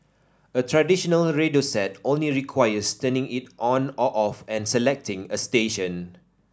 a traditional radio set only requires turning it on or off and selecting a station